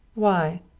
why?